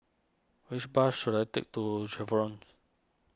which bus should I take to Chevrons